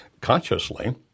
consciously